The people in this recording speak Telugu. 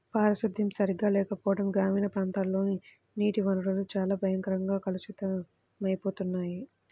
పారిశుద్ధ్యం సరిగా లేకపోవడం గ్రామీణ ప్రాంతాల్లోని నీటి వనరులు చాలా భయంకరంగా కలుషితమవుతున్నాయి